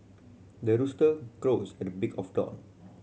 the rooster crows at the break of dawn